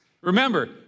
Remember